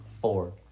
Four